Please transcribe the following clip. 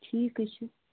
ٹھیٖک حظ چھِ